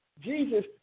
Jesus